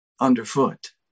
underfoot